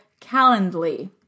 Calendly